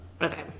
Okay